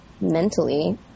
mentally